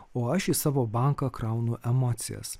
o aš į savo banką kraunu emocijas